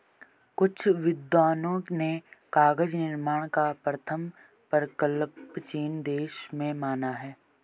कुछ विद्वानों ने कागज निर्माण का प्रथम प्रकल्प चीन देश में माना है